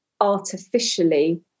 artificially